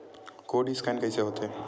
Code scan कइसे होथे?